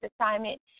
assignment